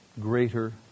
greater